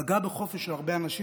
פגעה בחופש של הרבה אנשים.